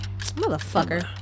motherfucker